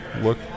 look